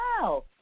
wow